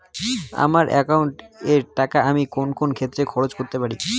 আমার একাউন্ট এর টাকা আমি কোন কোন ক্ষেত্রে খরচ করতে পারি?